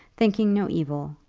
thinking no evil,